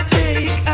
take